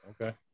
Okay